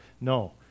No